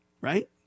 Right